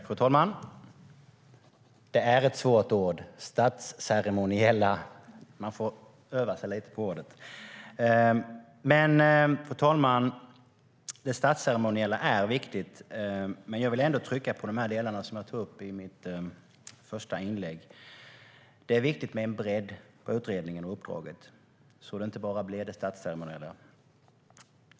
Fru talman! Statsceremoniell är ett svårt ord. Man får öva sig lite på det. Det statsceremoniella är viktigt. Jag vill dock trycka lite på de delar som jag tog upp i mitt första inlägg. Det är viktigt med en bredd på utredningen och uppdraget så att det inte bara handlar om det statsceremoniella.